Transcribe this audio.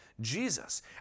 Jesus